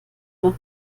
nach